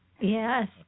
Yes